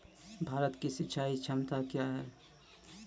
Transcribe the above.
भारत की सिंचाई क्षमता क्या हैं?